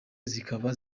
zikaba